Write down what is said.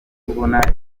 kubona